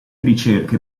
ricerche